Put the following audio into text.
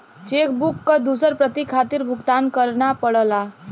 check book क दूसर प्रति खातिर भुगतान करना पड़ला